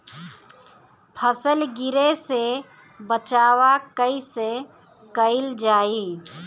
फसल गिरे से बचावा कैईसे कईल जाई?